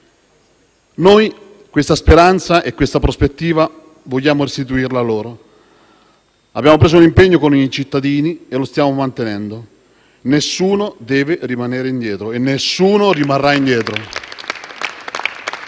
Noi questa speranza e questa prospettiva vogliamo restituirla loro. Abbiamo preso l'impegno con i cittadini e lo stiamo mantenendo: nessuno deve rimanere indietro e nessuno rimarrà indietro.